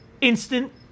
instant